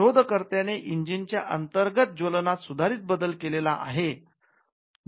शोध कर्त्याने इंजिन च्या अंतर्गत ज्वलनात सुधारित बदल केलेला आहे